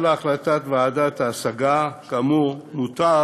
על החלטת ועדת ההשגה, כאמור, מותר,